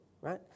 right